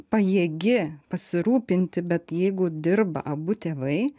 pajėgi pasirūpinti bet jeigu dirba abu tėvai